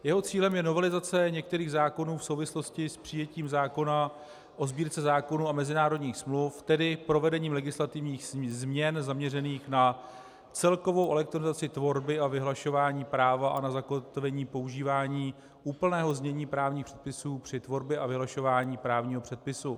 Jeho cílem je novelizace některých zákonů v souvislosti s přijetím zákona o Sbírce zákonů a mezinárodních smluv, tedy provedením legislativních změn zaměřených na celkovou elektronizaci tvorby a vyhlašování práva a na zakotvení používání úplného znění právních předpisů při tvorbě a vyhlašování právního předpisu.